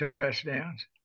touchdowns